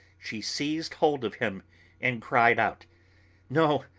she seized hold of him and cried out no!